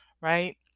right